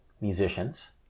Musicians